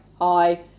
hi